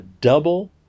double